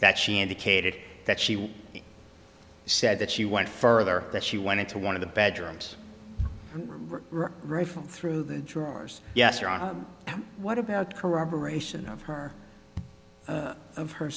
that she indicated that she said that she went further that she went into one of the bedrooms riffle through the drawers yes or on what about corroboration of her of her